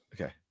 Okay